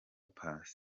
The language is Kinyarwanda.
paccy